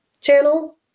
channel